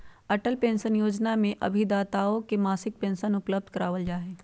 Atal pension योजना में अभिदाताओं के मासिक पेंशन उपलब्ध करावल जाहई